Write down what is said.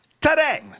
today